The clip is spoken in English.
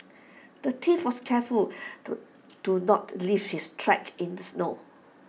the thief was careful to to not leave his tracks in the snow